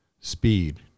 speed